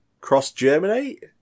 cross-germinate